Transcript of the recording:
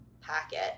packet